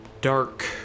dark